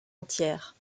entière